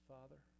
Father